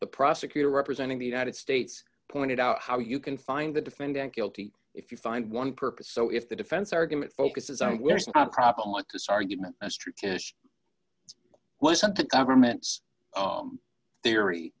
the prosecutor representing the united states pointed out how you can find the defendant guilty if you find one purpose so if the defense argument focuses on where is not a problem like this argument a strict wasn't the government's theory